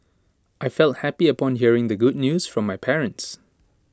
I felt happy upon hearing the good news from my parents